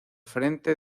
frente